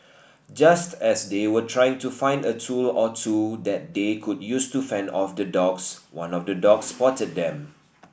just as they were trying to find a tool or two that they could use to fend off the dogs one of the dogs spotted them